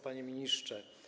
Panie Ministrze!